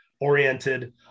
oriented